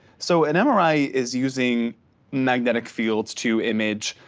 so an mri is using magnetic fields to image